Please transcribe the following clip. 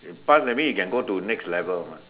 pass that means you can go to next level mah